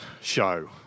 Show